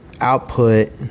output